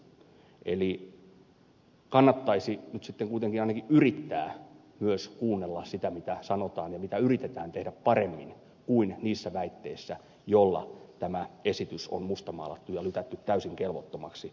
eli kannattaisi nyt sitten kuitenkin ainakin yrittää myös kuunnella sitä mitä sanotaan ja mitä yritetään tehdä paremmin kuin esittää niitä väitteitä joilla tämä esitys on mustamaalattu ja lytätty täysin kelvottomaksi